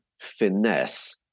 finesse